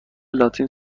لاتین